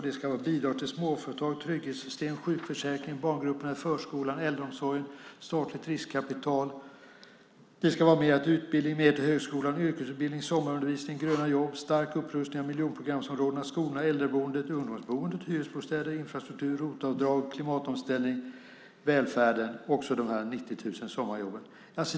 Det ska vara bidrag till småföretag, trygghetssystem, sjukförsäkring, barngrupperna i förskolan, äldreomsorg och statligt riskkapital. Det ska vara mer till utbildning, mer till högskolan, yrkesutbildning, sommarundervisning, gröna jobb, stark upprustning av miljonprogramsområdena, skolorna, äldreboenden, ungdomsboenden, hyresbostäder, infrastruktur, ROT-avdrag, klimatomställning, välfärden och så de här 90 000 sommarjobben.